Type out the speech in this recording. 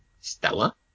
Stella